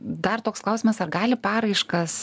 dar toks klausimas ar gali paraiškas